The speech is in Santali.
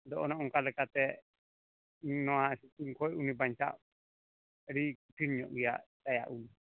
ᱟᱫᱚ ᱚᱱᱮ ᱚᱱᱠᱟ ᱞᱮᱠᱟᱛᱮ ᱱᱚᱣᱟ ᱥᱤᱛᱩᱝ ᱠᱷᱚᱱ ᱩᱱᱤ ᱵᱟᱧᱪᱟᱜ ᱟᱹᱰᱤ ᱠᱚᱴᱷᱤᱱ ᱧᱚᱜ ᱜᱮᱭᱟ ᱟᱭᱟᱜ ᱩᱞ